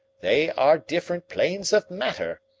they are different planes of matter.